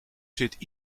zit